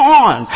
on